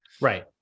Right